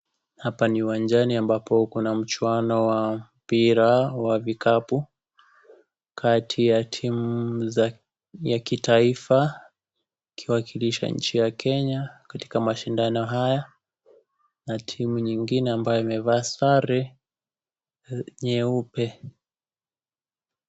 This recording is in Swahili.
Hapa ni uwanjani ambapo kuna mchuwano wa mpira wa vikapu, kati ya timu za ya kitaifa, ikiwakilisha nchi ya Kenya katika mashindano haya na timu nyingine ambayo imevaa sare nyeupe.